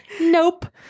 Nope